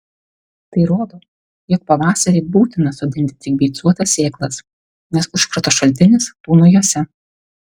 tai rodo jog pavasarį būtina sodinti tik beicuotas sėklas nes užkrato šaltinis tūno jose